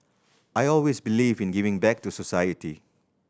I always believe in giving back to society